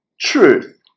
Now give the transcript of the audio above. truth